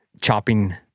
chopping